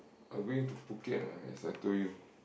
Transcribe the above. I went to Phuket ah as I told you